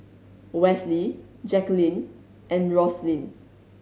Wesley Jacquelyn and Roslyn